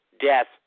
death